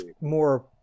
more